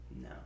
No